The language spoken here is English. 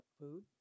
food